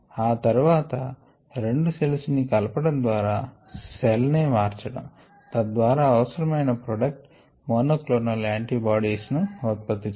ఆ తర్వాత రెండు సేల్స్ ని కలపడం ద్వారా సెల్ నే మార్చడం తద్వారా అవసరమయిన product monoclonal antibodies ను ఉత్పత్తి చేయడం